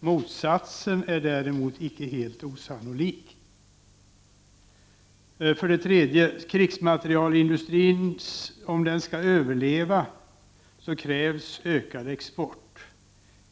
Motsatsen är däremot icke helt osannolik. Skall krigsmaterielindustrin överleva krävs sålunda en ökad export.